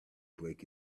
break